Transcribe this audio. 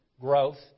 growth